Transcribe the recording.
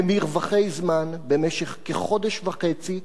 במרווחי זמן במשך כחודש וחצי.